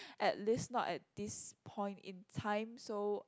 at least not at this point in time so